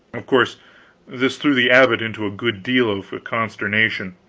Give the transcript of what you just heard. of course this threw the abbot into a good deal of a consternation.